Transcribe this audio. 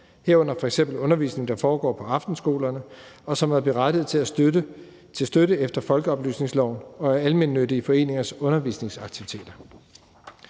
herunder f.eks. undervisning, der foregår på aftenskolerne, og som er berettiget til støtte efter folkeoplysningsloven, og almennyttige foreningers undervisningsaktiviteter.